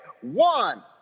one